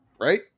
Right